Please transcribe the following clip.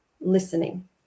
listening